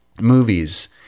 movies